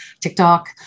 TikTok